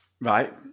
Right